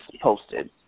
posted